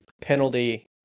penalty